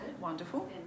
wonderful